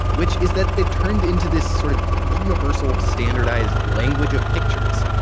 which is that they've turned into this sort of universal standardized language of pictures.